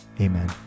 Amen